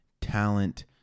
Talent